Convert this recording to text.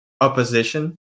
opposition